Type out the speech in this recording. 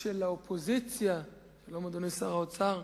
של האופוזיציה, שלום, אדוני שר האוצר,